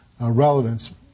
relevance